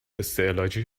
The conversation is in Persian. استعلاجی